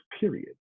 period